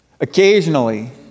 Occasionally